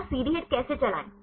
तो CD HIT कैसे चलाएं